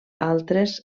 altres